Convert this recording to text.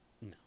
No